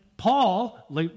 Paul